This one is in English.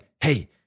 hey